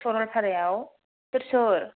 सरलपारायाव सोर सोर